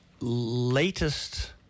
latest